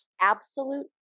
absolute